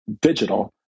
digital